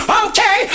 okay